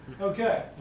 Okay